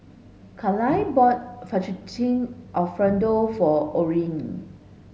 Kaila bought Fettuccine Alfredo for Orrin